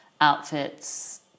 outfits